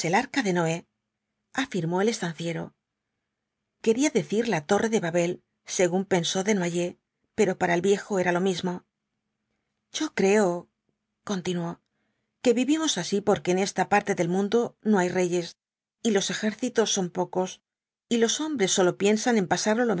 el arca de noé afirmó el estanciero quería decir la torre de babel según pensó desnoyers pero para el viejo era lo mismo yo creo continuó que vivimos así porque en esta parte del mundo no hay reyes y los ejércitos son pocos y los hombres sólo piensan en pasarlo